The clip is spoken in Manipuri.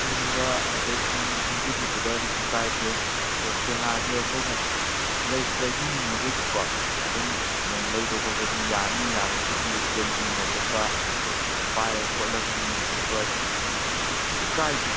ꯌꯦꯡꯉꯨꯕ ꯑꯗꯒꯤ ꯈꯪꯖꯤꯜꯂꯨꯕꯗ ꯀꯩꯁꯨ ꯀꯥꯏꯗꯦ ꯑꯗꯨ ꯄꯦꯅꯥꯁꯦ ꯑꯩꯈꯣꯏꯅ ꯂꯩꯕꯤꯅꯤꯡꯉꯒꯁꯨꯀꯣ ꯑꯗꯨꯝ ꯂꯩꯕ ꯈꯣꯠꯄꯁꯨ ꯌꯥꯅꯤ ꯌꯥꯕꯕꯨꯗꯤ ꯑꯗꯨꯒ ꯌꯦꯡꯕ ꯈꯣꯠꯄ ꯄꯥꯏꯔ ꯈꯣꯠꯂꯒ ꯌꯦꯡꯕ ꯈꯣꯠꯄ ꯑꯗꯨꯒꯤꯁꯨ ꯑꯗꯨꯝ ꯀꯩꯁꯨꯕꯨꯗꯤ ꯀꯥꯏꯗꯦ